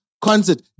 concert